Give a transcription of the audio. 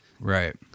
Right